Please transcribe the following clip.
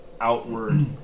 outward